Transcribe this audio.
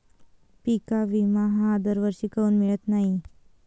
पिका विमा हा दरवर्षी काऊन मिळत न्हाई?